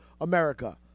America